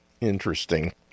interesting